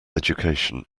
education